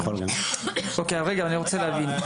רגע, אני רוצה להבין.